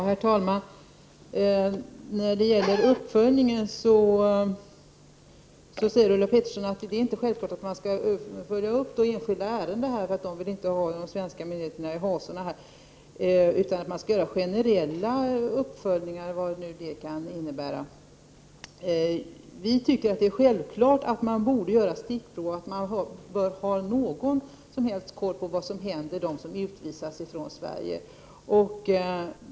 Herr talman! När det gäller uppföljningen säger Ulla Pettersson att det inte är självklart att följa upp enskilda ärenden därför att vederbörande inte vill ha svenska myndigheter i hasorna, utan man skall göra generella uppföljningar. Vad det nu kan innebära. Vi tycker att det är självklart att man borde göra stickprov, att man bör ha någon form av kontroll över vad som händer dem som utvisats från Sverige.